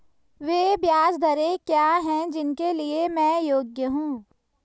वे ब्याज दरें क्या हैं जिनके लिए मैं योग्य हूँ?